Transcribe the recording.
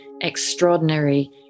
extraordinary